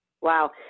Wow